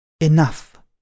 Enough